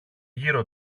γύρω